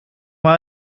mal